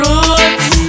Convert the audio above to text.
Roots